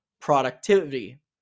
productivity